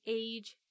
age